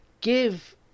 give